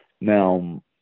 Now